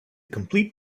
complete